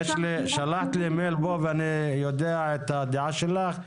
שלחת לי מייל פה ואני יודע את הדעה שלך,